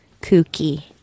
kooky